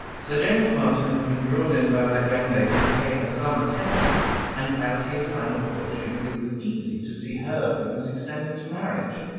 sir james martin had been drawn in by that young lady to pay her some attention and as he is a man of fortune, it was easy to see her views extended to marriage.